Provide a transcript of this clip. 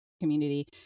community